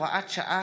הוראת שעה,